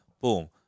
Boom